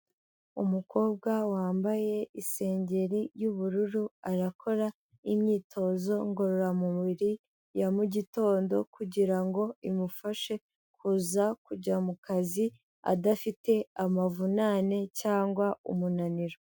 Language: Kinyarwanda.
Umukobwa wambaye isengeri y'ubururu, arakora imyitozo ngororamubiri ya mugitondo, kugira ngo imufashe kuza kujya mu kazi adafite amavunane cyangwa umunaniro.